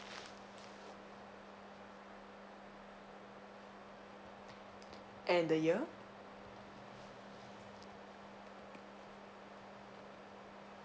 and the year